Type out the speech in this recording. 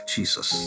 Jesus